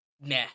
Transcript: nah